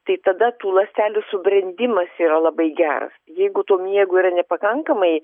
tai tada tų ląstelių subrendimas yra labai geras jeigu to miego yra nepakankamai